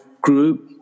group